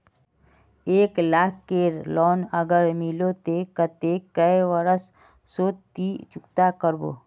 एक लाख केर लोन अगर लिलो ते कतेक कै बरश सोत ती चुकता करबो?